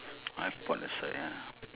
five put on the side ah